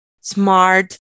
smart